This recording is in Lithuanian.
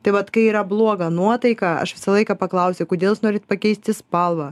tai vat kai yra bloga nuotaika aš visą laiką paklausiu kodėl jūs norit pakeisti spalvą